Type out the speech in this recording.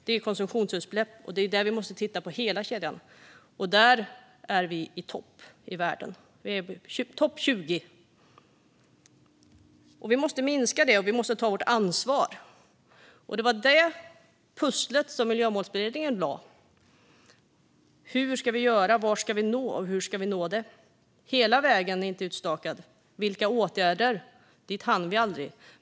Det är konsumtionsutsläpp, och det är där vi måste titta på hela kedjan. Där är vi i topp i världen. Vi är bland topp 20. Vi måste minska detta, och vi måste ta vårt ansvar. Det var det pusslet som Miljömålsberedningen lade. Hur ska vi göra? Vad ska vi nå, och hur ska vi nå det? Hela vägen är inte utstakad. Vilka åtgärder? Dit hann vi aldrig.